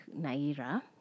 Naira